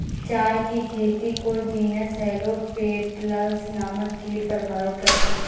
चाय की खेती को जीनस हेलो पेटल्स नामक कीट प्रभावित करते हैं